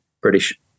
British